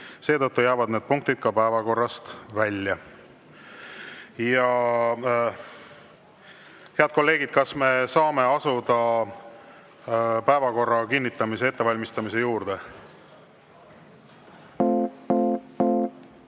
Seetõttu jäävad need punktid päevakorrast välja. Head kolleegid, kas me saame asuda päevakorra kinnitamise ettevalmistamise juurde?